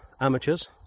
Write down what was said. amateurs